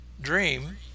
dream